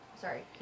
Sorry